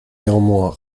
néanmoins